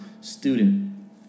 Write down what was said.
student